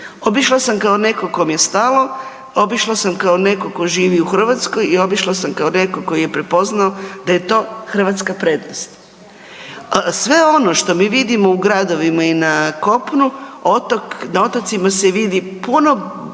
obišla sam kao netko kom je stalo, obišla sam kao netko tko živi u Hrvatskoj i obišla sam kao netko tko je prepoznao da je to hrvatska prednost. Sve ono što mi vidimo u gradovima i na kopnu, otok, na otocima se vidi puno prije